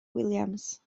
williams